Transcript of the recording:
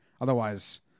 Otherwise